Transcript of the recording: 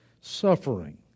Suffering